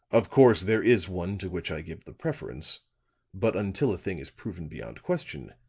of course, there is one to which i give the preference but until a thing is proven beyond question,